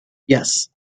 yes